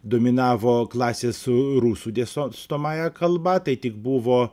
dominavo klasės ru rusų dėstomąja kalba tai tik buvo